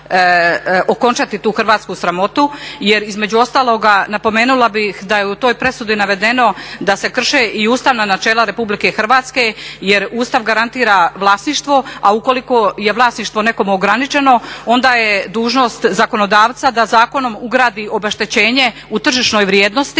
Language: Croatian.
Ustav garantira vlasništvo, a ukoliko je vlasništvo je nekom ograničeno onda je dužnost zakonodavca da zakonom ugradi obeštećenje u tržišnoj vrijednosti,